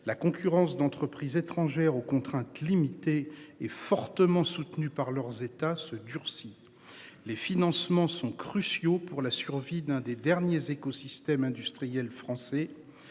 La concurrence d'entreprises étrangères aux contraintes limitée et fortement soutenus par leurs États se durcit. Les financements sont cruciaux pour la survie d'un des derniers écosystèmes industriels français.